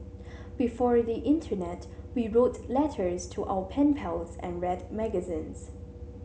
before the internet we wrote letters to our pen pals and read magazines